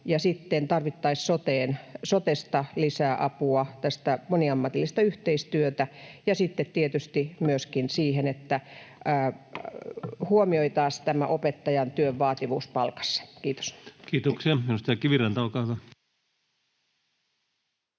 tarvittaisiin sotesta lisää apua, tätä moniammatillista yhteistyötä. Sitten tietysti myöskin se, että huomioitaisiin tämä opettajan työn vaativuus palkassa. — Kiitos. Kiitoksia.